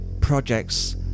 projects